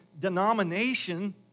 denomination